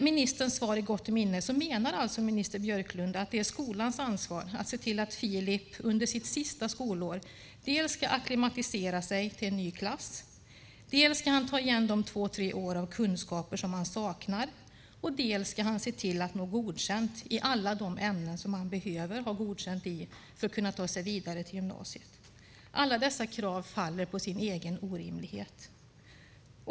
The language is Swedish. Minister Björklund menar alltså att det är skolans ansvar att se till att Filip under sitt sista skolår dels ska acklimatisera sig till en ny klass, dels ska ta igen de två tre år av kunskaper som han saknar och dels ska se till att nå Godkänd i alla de ämnen som han behöver ha Godkänd i för att kunna ta sig vidare till gymnasiet. Alla dessa krav faller på sin egen orimlighet.